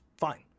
fine